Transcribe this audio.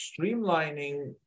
streamlining